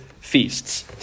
feasts